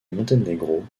monténégro